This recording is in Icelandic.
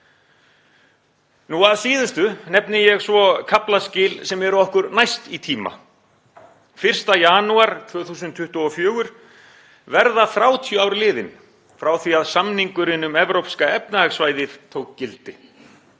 Að síðustu nefni ég kaflaskil sem eru okkur næst í tíma. 1. janúar 2024 verða 30 ár liðin frá því að samningurinn um Evrópska efnahagssvæðið tók gildi.